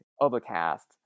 Overcast